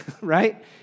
right